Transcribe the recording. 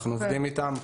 אנחנו עובדים איתם.